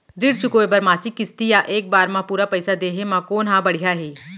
ऋण चुकोय बर मासिक किस्ती या एक बार म पूरा पइसा देहे म कोन ह बढ़िया हे?